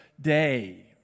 Day